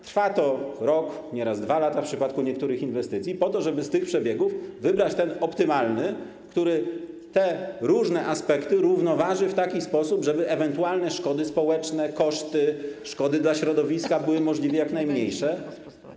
Trwa to rok, nieraz 2 lata w przypadku niektórych inwestycji, po to żeby z tych przebiegów wybrać optymalny, który różne aspekty równoważy w taki sposób, żeby ewentualne szkody społeczne, koszty i szkody dla środowiska były możliwie jak najmniejsze.